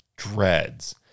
Dreads